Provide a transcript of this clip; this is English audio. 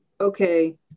okay